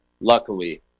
Luckily